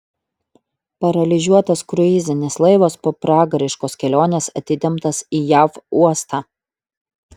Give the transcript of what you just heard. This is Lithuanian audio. paralyžiuotas kruizinis laivas po pragariškos kelionės atitemptas į jav uostą